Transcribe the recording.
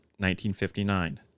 1959